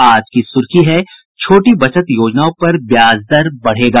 आज की सुर्खी है छोटी बचत योजनाओं पर ब्याज दर बढ़ेगा